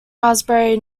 raspberry